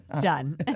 Done